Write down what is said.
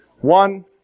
one